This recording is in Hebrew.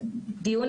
שמענו את כל הדוברים,